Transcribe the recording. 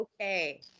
Okay